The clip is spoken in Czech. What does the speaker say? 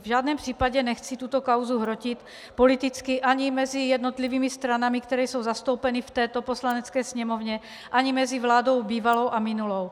V žádném případě nechci tuto kauzu hrotit politicky ani mezi jednotlivými stranami, které jsou zastoupeny v této Poslanecké sněmovně, ani mezi vládou bývalou a minulou.